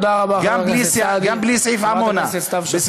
גם בלי סעיף עמונה.